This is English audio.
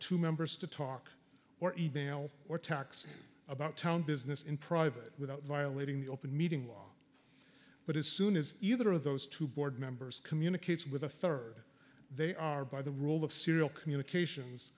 two members to talk or email or text about town business in private without violating the open meeting law but as soon as either of those two board members communicates with a third they are by the rule of serial communications